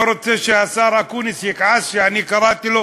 אני לא רוצה שהשר אקוניס יכעס שקראתי לו